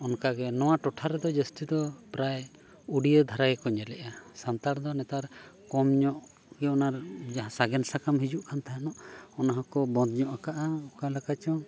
ᱚᱱᱠᱟᱜᱮ ᱱᱚᱣᱟ ᱴᱚᱴᱷᱟ ᱨᱮᱫᱚ ᱡᱟᱹᱥᱛᱤ ᱫᱚ ᱯᱨᱟᱭ ᱩᱰᱤᱭᱟᱹ ᱫᱷᱟᱨᱮ ᱜᱮᱠᱚ ᱧᱮᱞᱮᱜᱼᱟ ᱥᱟᱱᱛᱟᱲ ᱫᱚ ᱱᱮᱛᱟᱨ ᱠᱚᱢ ᱧᱚᱜ ᱜᱮ ᱚᱱᱟ ᱡᱮ ᱡᱟᱦᱟᱸ ᱥᱟᱜᱮᱱ ᱥᱟᱠᱟᱢ ᱦᱤᱡᱩᱜ ᱠᱟᱱ ᱛᱟᱦᱮᱱᱚᱜ ᱚᱱᱟ ᱦᱚᱸᱠᱚ ᱵᱚᱸᱫ ᱧᱚᱜ ᱟᱠᱟᱫᱼᱟ ᱚᱠᱟ ᱞᱮᱠᱟ ᱪᱚᱝ